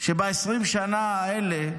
שב-20 השנים האלה,